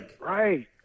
Right